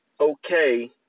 okay